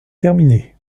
terminée